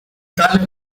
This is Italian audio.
tale